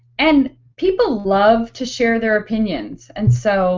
and people love to share their opinions and so